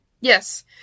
Yes